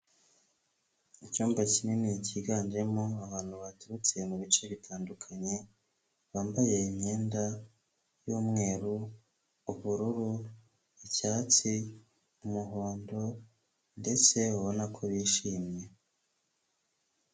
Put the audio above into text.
Icyumba kinini kiganjemo abantu baturutse mu bice bitandukanye, bambaye imyenda y'umweru, ubururu, icyatsi n'umuhondo ndetse ubona ko bishimye.